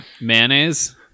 Mayonnaise